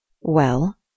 Well